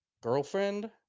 girlfriend